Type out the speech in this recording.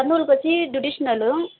కుర్నూలుకు వచ్చి జుడీష్యల్